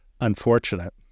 unfortunate